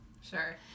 Sure